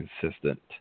consistent